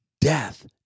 death